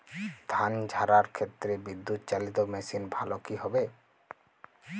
ধান ঝারার ক্ষেত্রে বিদুৎচালীত মেশিন ভালো কি হবে?